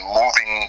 moving